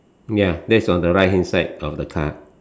ya that's on the right hand side of the car